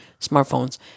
smartphones